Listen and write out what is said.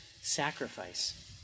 sacrifice